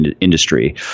industry